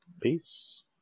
Peace